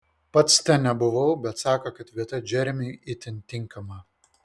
pats ten nebuvau bet sako kad vieta džeremiui itin tinkama